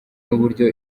n’uburyo